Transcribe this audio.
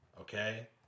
Okay